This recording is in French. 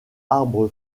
arbre